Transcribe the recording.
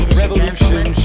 revolution